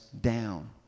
down